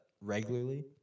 regularly